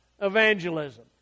evangelism